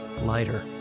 lighter